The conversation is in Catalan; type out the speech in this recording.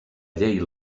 llei